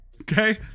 okay